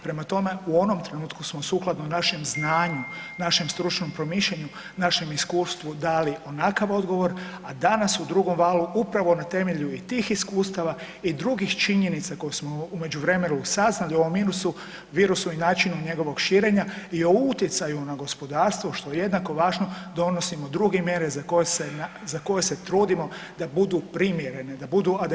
Prema tome, u onom trenutku smo sukladno našem znanju, našem stručnom promišljanju, našem iskustvu dali onakav odgovor, a danas u drugom valu upravo na temelju i tih iskustava i drugih činjenica koje smo u međuvremenu i saznali o ovom virusu i načinu njegovog širenja i o utjecaju na gospodarstvo što je jednako važno donosimo druge mjere za koje se trudimo da budu primjerene, da budu adekvatne.